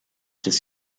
des